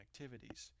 activities